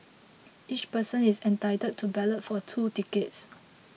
each person is entitled to ballot for two tickets